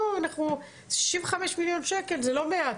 65 מיליון שקלים זה לא מעט.